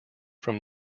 from